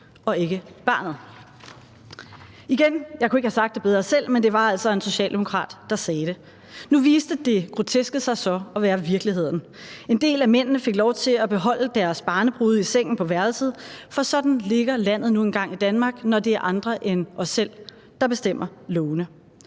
og ikke barnet.« Igen vil jeg sige, at jeg ikke kunne have sagt det bedre selv, men det var altså en socialdemokrat, der sagde det. Nu viste det groteske sig så at være virkeligheden. En del af mændene fik lov til at beholde deres barnebrude i sengen på værelset, for sådan ligger landet nu engang i Danmark, når det er andre end os selv, der vedtager lovene.